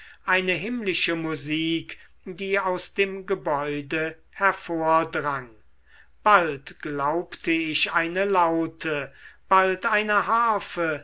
eine himmlische musik die aus dem gebäude hervordrang bald glaubte ich eine laute bald eine harfe